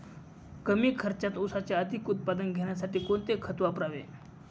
कमी खर्चात ऊसाचे अधिक उत्पादन घेण्यासाठी कोणते खत वापरावे?